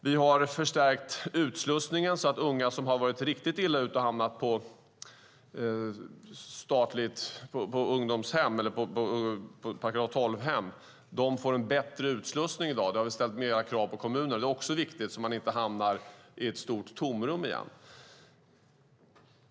Vi har förstärkt utslussningen så att unga som har varit riktigt illa ute och hamnat på ungdomshem eller § 12-hem får en bättre utslussning i dag. Där har vi ställt större krav på kommunerna. Det är också viktigt så att de inte hamnar i stort tomrum igen.